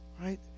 Right